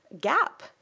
gap